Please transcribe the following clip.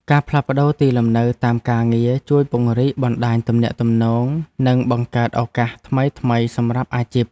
ការផ្លាស់ប្តូរទីលំនៅតាមការងារជួយពង្រីកបណ្តាញទំនាក់ទំនង និងបង្កើតឱកាសថ្មីៗសម្រាប់អាជីព។